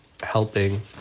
helping